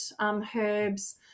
herbs